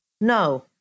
No